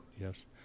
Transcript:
Yes